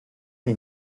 chi